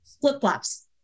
flip-flops